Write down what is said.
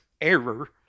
error